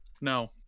No